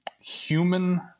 human